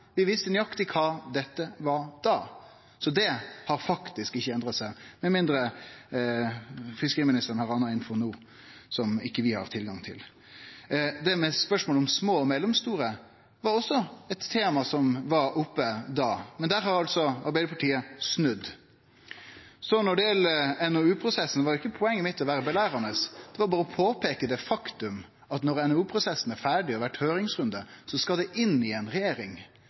Vi visste nøyaktig kva dette var da. Så det har faktisk ikkje endra seg, med mindre fiskeriministeren har ramma inn noko som vi ikkje har tilgang til. Spørsmålet om små og mellomstore var også eit tema som var oppe da, men der har Arbeidarpartiet snudd. Når det gjeld NOU-prosessen, var ikkje poenget mitt å vere «belærende», men berre peike på det faktum at når NOU-prosessen er ferdig og høringsrunden har vore, skal det inn i ei regjering